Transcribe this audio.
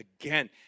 again